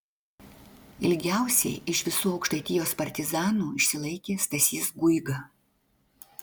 ilgiausiai iš visų aukštaitijos partizanų išsilaikė stasys guiga